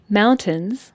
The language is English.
mountains